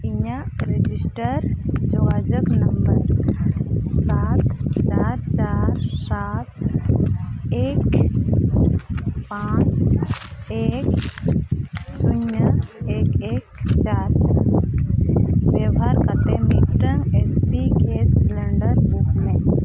ᱤᱧᱟᱹᱜ ᱨᱮᱡᱤᱥᱴᱟᱨ ᱡᱳᱜᱟᱡᱳᱜᱽ ᱱᱟᱢᱵᱟᱨ ᱥᱟᱛ ᱪᱟᱨ ᱪᱟᱨ ᱥᱟᱛ ᱮᱠ ᱯᱟᱸᱪ ᱮᱠ ᱥᱩᱭᱱᱚ ᱮᱠ ᱮᱠ ᱪᱟᱨ ᱵᱮᱵᱷᱟᱨ ᱠᱟᱛᱮᱫ ᱢᱤᱫᱴᱟᱝ H P gas cylinder book ᱢᱮ